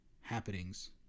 happenings